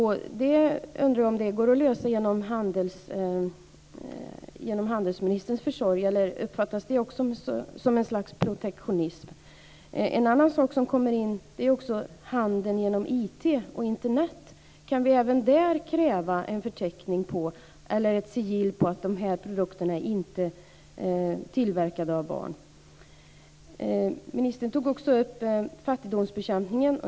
Jag undrar om det går att lösa genom handelsministerns försorg, eller uppfattas det också som ett slags protektionism? En annan sak som kommer in är handeln genom IT och Internet. Kan vi även där kräva ett sigill på att produkterna inte är tillverkade av barn? Ministern tog också upp fattigdomsbekämpningen.